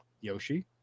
Yoshi